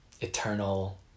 eternal